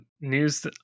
news